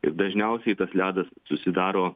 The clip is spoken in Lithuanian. ir dažniausiai tas ledas susidaro